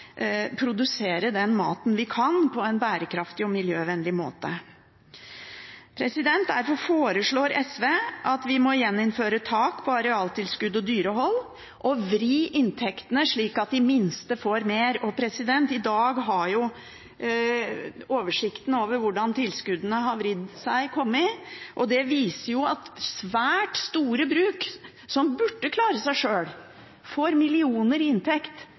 produsere den maten vi kan, på en bærekraftig og miljøvennlig måte. Derfor foreslår SV at vi gjeninnfører tak på arealtilskudd og dyrehold og vrir inntektene slik at de minste får mer. I dag har oversikten over hvordan tilskuddene er vridd, kommet. Den viser at svært store bruk, som burde klare seg sjøl, får millioner i inntekt,